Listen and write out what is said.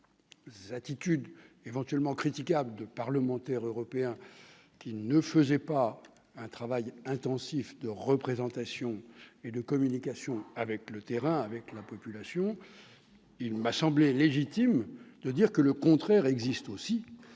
les attitudes critiquables de certains parlementaires européens, qui ne se pliaient pas à un travail intensif de représentation et de communication avec le terrain et la population, il m'a semblé légitime de dire que le contraire existait aussi,